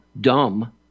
dumb